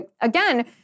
again